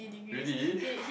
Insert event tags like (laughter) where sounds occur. really (breath)